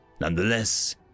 Nonetheless